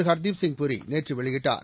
ஹர்தீப்சிங் பூரி நேற்று வெளியிட்டார்